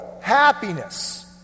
happiness